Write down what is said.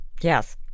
Yes